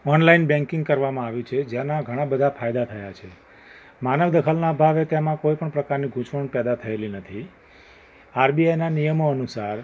online banking કરવામાં આવ્યું છે તેના ઘણાં બધા ફાયદા થયા છે માનવ દખલના અભાવે તેમાં કોઈ પણ પ્રકારની ગુંચવણ પેદા થયેલી નથી આર બી આઈના નિયમો અનુસાર